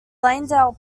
langdale